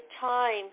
time